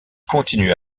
continuent